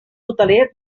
hoteler